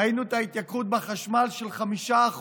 ראינו את ההתייקרות בחשמל, של 5%,